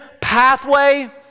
pathway